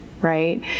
right